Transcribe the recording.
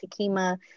Takima